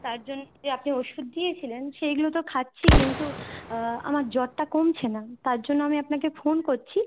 তার জন্য যে আপনি ওষুধ দিয়েছিলেন সেইগুলো তো খাচ্ছি কিন্তু আমার জ্বরটা কমছে না তার জন্য আমি আপনাকে ফোন করছি